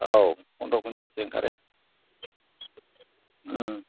औ पन्द्र' कुन्टेलसो ओंखारो